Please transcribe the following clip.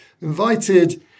invited